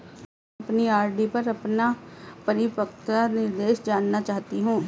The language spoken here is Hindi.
मैं अपनी आर.डी पर अपना परिपक्वता निर्देश जानना चाहती हूँ